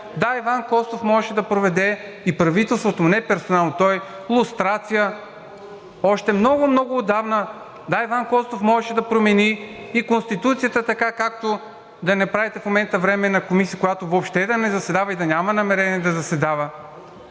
Да, Иван Костов можеше, и правителството, не персонално той, да проведе лустрация още много, много отдавна. Да, Иван Костов можеше да промени и Конституцията, така както да не правите в момента временна комисия, която въобще да не заседава и да няма намерение да заседава.